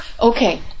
Okay